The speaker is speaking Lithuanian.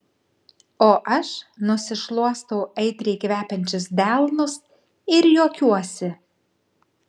o aš nusišluostau aitriai kvepiančius delnus ir juokiuosi